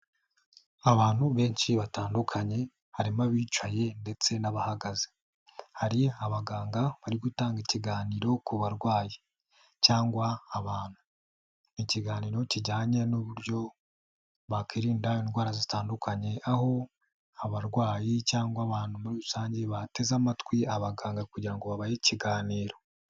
Abantu benshi batandukanye harimo abicaye ndetse n' abahagaze, hari abaganga bari gutanga ikiganiro ku barwayi cyangwa abantu. Ikiganiro kijyanye n'uburyo bakwirinda indwara zitandukanye aho abarwayi cyangwa abantu muri rusange bateze amatwi abaganga kugira ngo babahe ikiganiro.